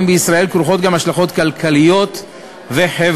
בישראל כרוכות גם השלכות כלכליות וחברתיות.